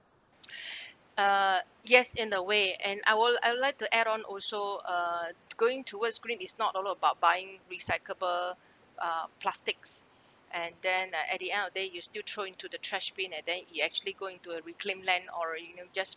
uh yes in a way and I will I would like to add on also uh going towards green is not all about buying recyclable uh plastics and then uh at the end of day you still throw into the trash bin and then it actually go into a reclaim land or you know just